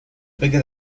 bigger